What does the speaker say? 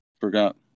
forgot